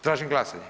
Tražim glasanje.